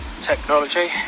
technology